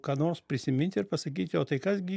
ką nors prisiminti ir pasakyti o tai kas gi